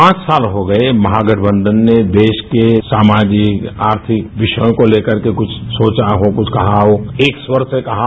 पांच साल हो गये महागठबंधन ने देश के सामाजिक आर्थिक विषयों को लेकर कुछ सोचा हो कुछ कहा हो एक स्वर से कहा हो